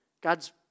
God's